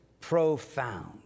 profound